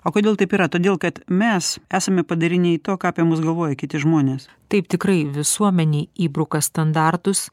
o kodėl taip yra todėl kad mes esame padariniai to ką apie mus galvoja kiti žmonės taip tikrai visuomenei įbruka standartus